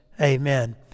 amen